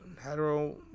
hetero